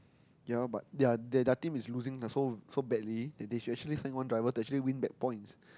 ya but their their team is losing lah so so badly that they should actually send one driver to actually win that points